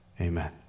Amen